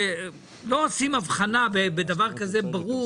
שלא עושים הבחנה בדבר כזה ברור,